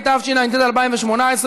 התשע"ט 2018,